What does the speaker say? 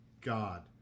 God